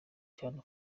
cyane